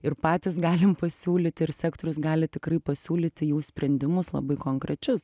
ir patys galim pasiūlyt ir sektorius gali tikrai pasiūlyti jau sprendimus labai konkrečius